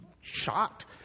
shocked